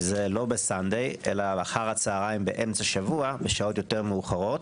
וזה אחר הצהריים באמצע השבוע בשעות יותר מאוחרות